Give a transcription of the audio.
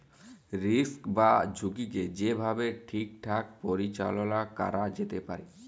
risk বা ঝুঁকিকে যে ভাবে ঠিকঠাক পরিচাললা ক্যরা যেতে পারে